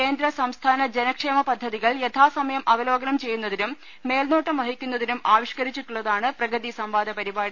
കേന്ദ്ര സംസ്ഥാന ജനക്ഷേമ പദ്ധതികൾ യഥാസമയം ചെയ്യുന്നതിനും മേൽനോട്ടം വഹിക്കുന്നതിനും അവലോകനം ആവിഷ്ക്കരിച്ചിട്ടുള്ളതാണ് പ്രഗതി സംവാദ പരിപാടി